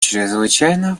чрезвычайно